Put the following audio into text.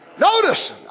Notice